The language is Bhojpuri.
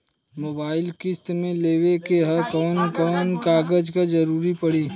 मोबाइल किस्त मे लेवे के ह कवन कवन कागज क जरुरत पड़ी?